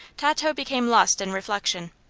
tato became lost in reflection.